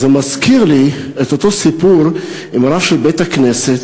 זה מזכיר לי את אותו סיפור עם הרב של בית-הכנסת